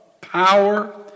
power